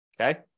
Okay